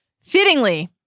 Fittingly